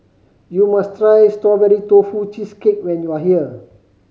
you must try Strawberry Tofu Cheesecake when you are here